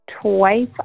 Twice